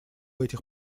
этих